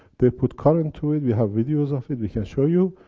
they put current to it, we have videos of it we can show you,